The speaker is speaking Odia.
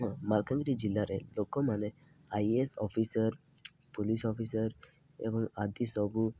ମାଲକାନଗିରି ଜିଲ୍ଲାରେ ଲୋକମାନେ I A S officer police officer ଏବଂ ଆଦି ସବୁ